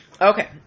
Okay